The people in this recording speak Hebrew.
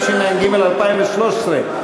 התשע"ג 2013,